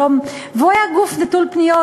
והוא היה גוף נטול פניות,